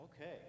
Okay